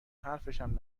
حرفشم